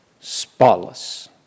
spotless